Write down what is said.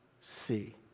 see